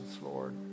Lord